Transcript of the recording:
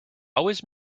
always